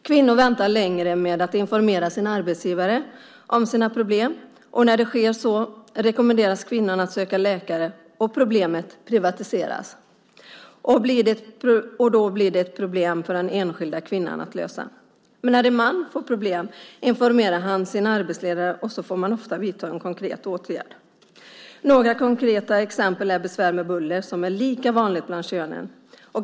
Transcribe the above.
Kvinnor väntar längre med att informera sina arbetsgivare om sina problem, och när så sker rekommenderas kvinnan att söka läkare och problemet privatiseras och blir ett problem för den enskilda kvinnan att lösa. Men när en man får problem informerar han sin arbetsledare, och så får man ofta vidta en konkret åtgärd. Ett konkret exempel är besvär med buller, som är lika vanligt mellan könen.